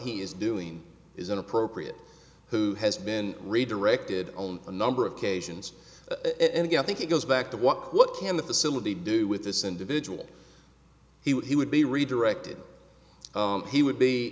he is doing is an appropriate who has been redirected own a number of occasions and again i think it goes back to what what can the facility do with this individual he would be redirected he would be